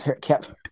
kept